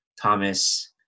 Thomas